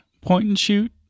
point-and-shoot